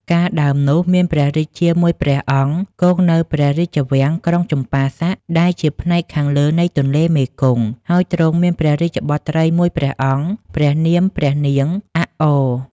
កាលដើមនោះ មានព្រះរាជាមួយព្រះអង្គ គង់នៅព្រះរាជវាំងក្រុងចម្ប៉ាស័ក ដែលជាផ្នែកខាងលើ នៃទន្លេមេគង្គ ហើយទ្រង់មានព្រះរាជបុត្រីមួយព្រះអង្គ ព្រះនាមព្រះនាង "អាក់អ"។